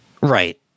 Right